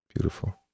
Beautiful